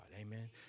Amen